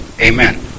Amen